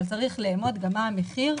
אבל צריך לאמוד גם מה המחיר,